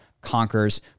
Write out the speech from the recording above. conquers